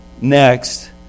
next